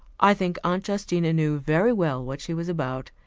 i think aunt justina knew very well what she was about.